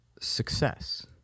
success